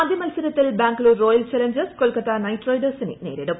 ആദ്യ മത്സരത്തിൽ Bangalore Royal Challengers Kolkata Knight റൈഡേഴ്സിനെ നേരിടും